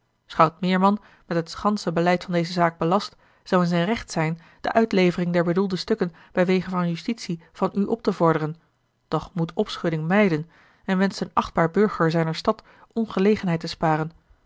schout meerman met het gansche beleid van deze zaak belast zou in zijn recht zijn de uitlevering der bedoelde stukken bij wege van justitie van u op te vorderen doch moet opschudding mijden en wenscht een achtbaar burger zijner stad ongelegenheid te sparen